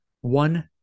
one